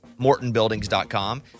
mortonbuildings.com